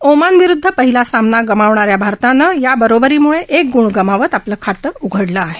Oman विरुद्ध पहिला सामना गमावणा या भारतानं याबरोबरीमुळे एक गुण गमावत आपलं खातं उघडलं आहे